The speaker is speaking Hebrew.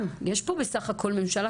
בסופו של דבר,